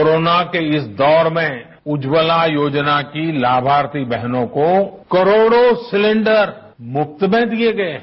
corona के इस दौर में उज्ज्वला योजना की लाभार्थी बहनों को करोडों सिलेंडर मुफ्त में दिए गए हैं